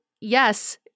yes